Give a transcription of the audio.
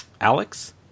Alex